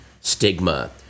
stigma